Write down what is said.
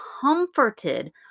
comforted